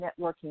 networking